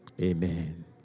amen